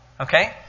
Okay